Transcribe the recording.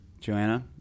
Joanna